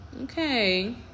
okay